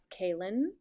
Kaylin